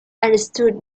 understood